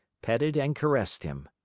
petted and caressed him.